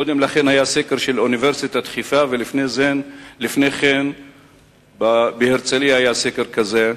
קודם לכן היה סקר של אוניברסיטת חיפה ולפני כן בהרצלייה היה סקר כזה,